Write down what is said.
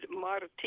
Martin